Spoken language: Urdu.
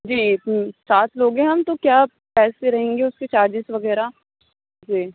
جی سات لوگ ہیں ہم تو کیا پیسے رہیں گے اُس کے چارجز وغیرہ جی